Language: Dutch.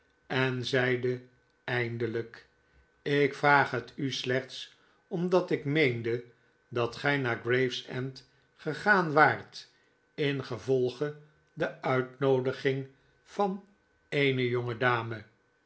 en zeide eindelijk ik vraag het u slechts omdat ik meende dat gij naar gravesend gegaan waart ingevolge de uitnoodiging van